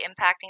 impacting